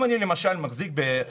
אם אני, למשל, מחזיק בחברה